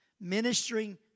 ministering